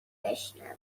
بشنوی